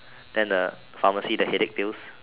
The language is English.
then the pharmacy the headache pills